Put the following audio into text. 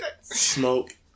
Smoke